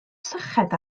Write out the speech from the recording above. syched